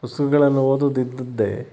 ಪುಸ್ತಕಗಳನ್ನ ಓದೋದು ಇದ್ದಿದ್ದೆ